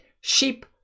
sheep